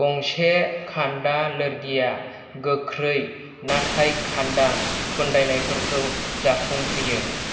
गंसे खान्दा लोरगिया गोख्रै नाथाय खान्दा खुन्दायनायफोरखौ जाफुं होयो